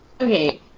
Okay